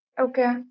Okay